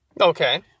Okay